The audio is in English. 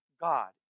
God